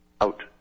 out